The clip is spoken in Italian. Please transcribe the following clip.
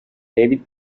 david